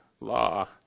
law